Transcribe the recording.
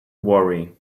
worry